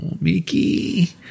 Mickey